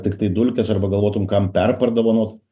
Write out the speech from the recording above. tiktai dulkes arba galvotum kam perpardovanot